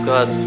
God